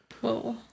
Whoa